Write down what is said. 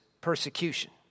persecution